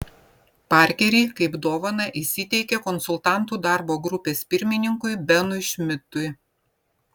parkerį kaip dovaną jis įteikė konsultantų darbo grupės pirmininkui benui šmidtui